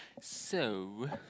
so